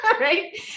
right